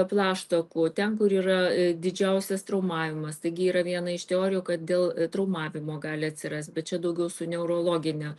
plaštakų ten kur yra didžiausias traumavimas taigi yra viena iš teorijų kad dėl traumavimo gali atsirast bet čia daugiau su neurologine